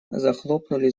захлопнули